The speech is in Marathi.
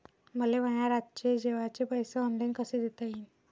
मले माया रातचे जेवाचे पैसे ऑनलाईन कसे देता येईन?